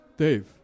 Dave